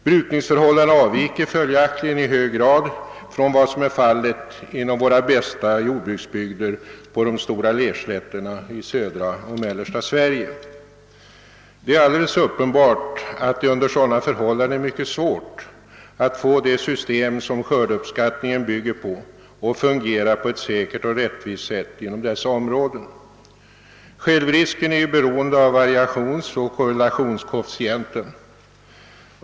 Brukningsförhållandena avviker följaktligen i hög grad från vad som är fallet inom våra bästa jordbruksbygder på de stora lerslätterna i södra och mellersta Sverige. Det är uppenbart att det under sådana förhållanden är mycket svårt att få det system som skördeuppskattningen bygger på att fungera på ett säkert och rättvist sätt inom dessa områden. Självrisken är ju beroende av variationsoch korrelationskoefficienten.